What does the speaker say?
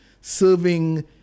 serving